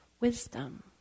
wisdom